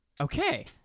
Okay